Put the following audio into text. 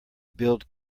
build